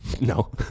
No